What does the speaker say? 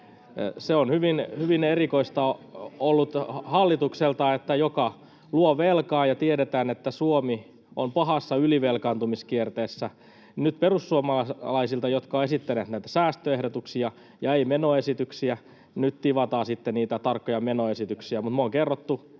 On hyvin erikoista ollut hallitukselta, joka luo velkaa, kun tiedetään, että Suomi on pahassa ylivelkaantumiskierteessä, että nyt perussuomalaisilta, jotka ovat esittäneet näitä säästöehdotuksia ja eivät menoesityksiä, tivataan sitten niitä tarkkoja menoesityksiä. Me on kerrottu,